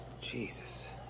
Jesus